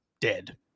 dead